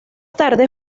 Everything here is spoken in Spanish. tarde